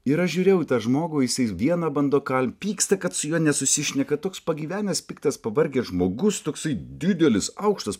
ir aš žiūrėjau į tą žmogų jisai vieną bando kal pyksta kad su juo nesusišneka toks pagyvenęs piktas pavargęs žmogus toksai didelis aukštas